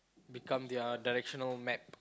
become their directional map